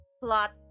plot